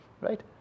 right